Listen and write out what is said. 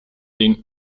den